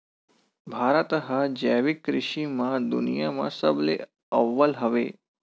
भारत हा जैविक कृषि मा दुनिया मा सबले अव्वल हवे